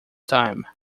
time